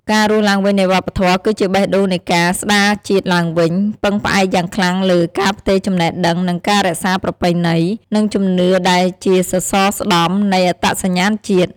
ការរស់ឡើងវិញនៃវប្បធម៌គឺជាបេះដូងនៃការស្តារជាតិឡើងវិញ ពឹងផ្អែកយ៉ាងខ្លាំងលើ ការផ្ទេរចំណេះដឹងនិងការរក្សាប្រពៃណី និងជំនឿដែលជាសសរស្តម្ភនៃអត្តសញ្ញាណជាតិ។